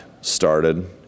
started